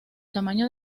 tamaño